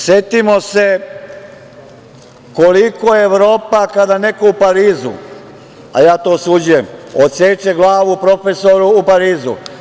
Setimo se koliko Evropa kada neko u Parizu, a ja to osuđujem, odseče glavu profesoru u Parizu.